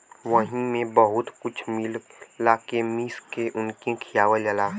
वही मे बहुत कुछ मिला के मीस के उनके खियावल जाला